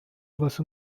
واسه